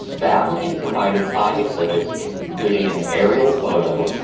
the applicant provided five exhibits, including an aerial photo,